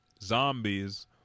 zombies